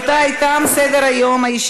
סליחה, סליחה.